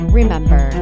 remember